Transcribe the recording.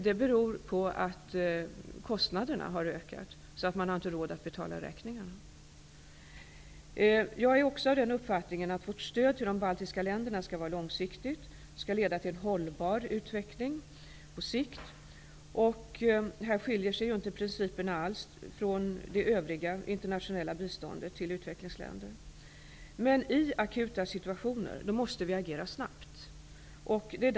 Det beror på att kostnaderna har ökat så att de inte har råd att betala räkningarna. Jag är också av den uppfattningen att vårt stöd till de baltiska länderna skall vara långsiktigt. Det skall leda till en hållbar utveckling på kort sikt. Principerna skiljer sig inte alls från vad som gäller för det övriga internationella biståndet till utvecklingsländer. I akuta situationer måste vi emellertid agera snabbt.